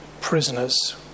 prisoners